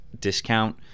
discount